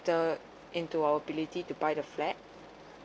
the into our ability to buy the flat